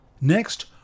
Next